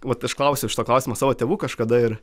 vat aš klausiau šito klausimo savo tėvų kažkada ir